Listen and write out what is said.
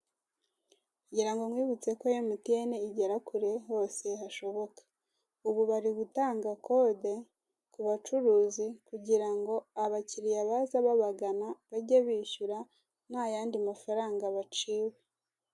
Ngirango nkwibutse ko emutiyene igera kure hose hashoboka, ubu bari gutanga kode kubacuruzi kugirango abakiriya baza babagana bajye bishyura ntayandi mafaranga baciwe.